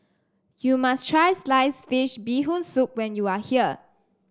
you must try slice fish Bee Hoon Soup when you are here